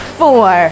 four